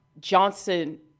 johnson